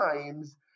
times